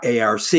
ARC